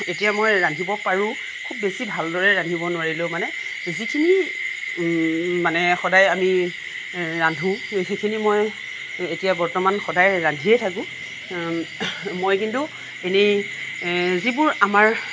এতিয়া মই ৰান্ধিব পাৰোঁ খুব বেছি ভালদৰে ৰান্ধিব নোৱাৰিলেও মানে যিখিনি মানে সদায় আমি ৰান্ধোঁ সেইখিনি মই এতিয়া বৰ্তমান সদায় ৰান্ধিয়েই থাকোঁ মই কিন্তু এনেই যিবোৰ আমাৰ